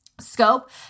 scope